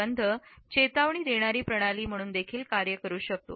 गंध चेतावणी देणारी प्रणाली म्हणून देखील कार्य करू शकतो